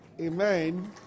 Amen